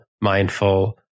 mindful